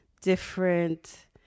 different